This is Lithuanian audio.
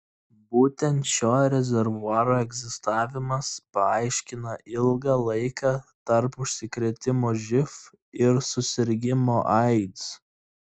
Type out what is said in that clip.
būtent šio rezervuaro egzistavimas paaiškina ilgą laiką tarp užsikrėtimo živ ir susirgimo aids